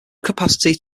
capacity